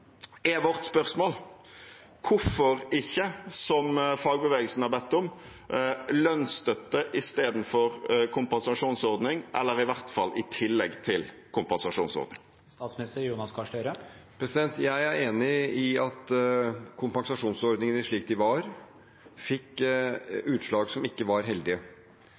er vårt spørsmål: Hvorfor ikke, som fagbevegelsen har bedt om, lønnsstøtte i stedet for kompensasjonsordning – eller i hvert fall i tillegg til kompensasjonsordning? Jeg er enig i at kompensasjonsordningene slik de var, fikk utslag som ikke var heldige.